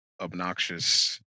obnoxious